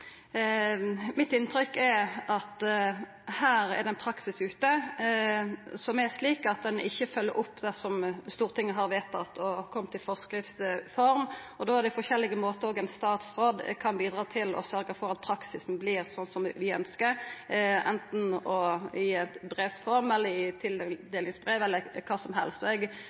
Mitt inntrykk er at det er ein praksis ute som er slik at ein ikkje følgjer opp det som Stortinget har vedtatt, og som har kome i form av forskrift. Då er det forskjellige måtar ein statsråd kan bidra til å sørgja for at praksisen vert slik som vi ønskjer, anten det er i form av brev, i